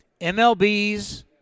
MLB's